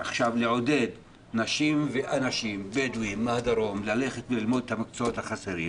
כדי לעודד נשים ואנשים בדואים מהדרום ללכת וללמוד את המקצועות החסרים,